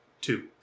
two